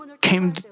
came